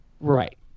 Right